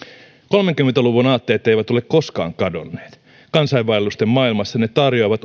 kolmekymmentä luvun aatteet eivät ole koskaan kadonneet kansainvaellusten maailmassa ne tarjoavat